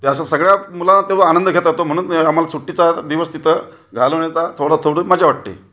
ते असं सगळ्या मुलांना तो आनंद घेता येतो म्हणून आम्हाला सुट्टीचा दिवस तिथं घालवण्याचा थोडा थोडी मजा वाटते